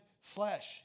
flesh